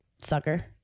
sucker